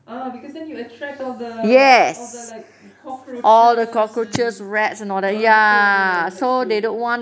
ah because then you attract all the all the like cockroaches and a'ah betul ya that's true